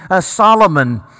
Solomon